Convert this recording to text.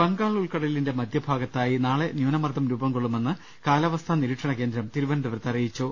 അബംഗാൾ ഉൾക്കടലിന്റെ മധ്യഭാഗത്തായി നാളെ ന്യൂനമർദ്ദം രൂപം കൊള്ളുമെന്ന് കാലാവസ്ഥാ നിരീക്ഷണകേന്ദ്രം തിരുവനന്തപുരത്ത് അറിയിച്ചു